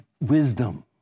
wisdom